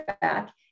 back